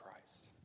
Christ